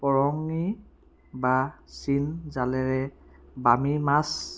পৰঙী বা চিপ জালেৰে বামী মাছ